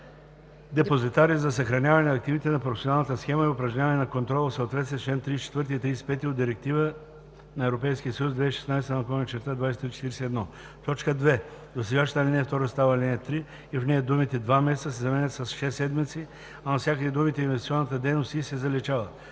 депозитари за съхраняване на активите на професионалната схема и упражняване на контрол в съответствие с чл. 34 и 35 от Директива (ЕС) 2016/2341.“ 2. Досегашната ал. 2 става ал. 3 и в нея думите „два месеца“ се заменят с „6 седмици“, а навсякъде думите „инвестиционната дейност и“ се заличават.